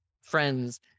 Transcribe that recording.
friends